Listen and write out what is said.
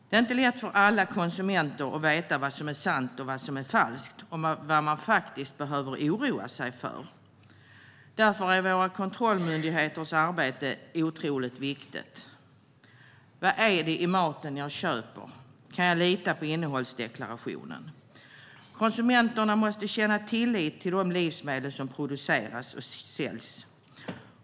Det är inte lätt för alla konsumenter att veta vad som är sant eller falskt och vad man faktiskt behöver oroa sig för. Därför är våra kontrollmyndigheters arbete otroligt viktigt. Vad är det i maten jag köper? Kan jag lita på innehållsdeklarationen? Konsumenterna måste känna tillit till de livsmedel som produceras och säljs.